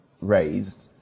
raised